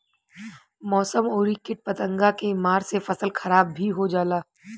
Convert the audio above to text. मौसम अउरी किट पतंगा के मार से फसल खराब भी हो जाला